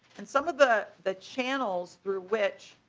and some of the the channels through which.